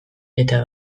eta